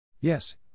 Yes